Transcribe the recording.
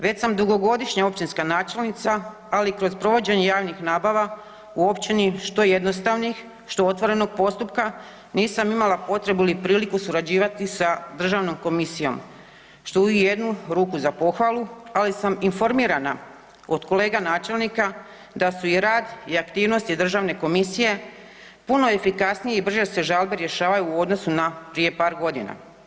Već sam dugogodišnja općinska načelnica, ali kroz provođenje javnih nabava u općini što jednostavnih, što otvorenog postupka nisam imala potrebu ili priliku surađivati sa Državnom komisiju što je i u jednu ruku za pohvalu, ali sam informirana od kolega načelnika da su i rad i aktivnosti Državne komisije puno efikasniji i brže se žalbe rješavaju u odnosu na prije par godina.